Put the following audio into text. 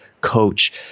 coach